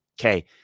Okay